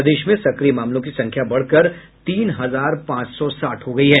प्रदेश में सक्रिय मामलों की संख्या बढ़कर तीन हजार पांच सौ साठ हो गयी है